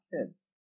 kids